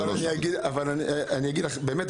אגב,